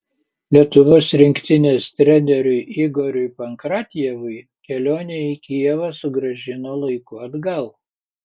lietuvos rinktinės treneriui igoriui pankratjevui kelionė į kijevą sugrąžino laiku atgal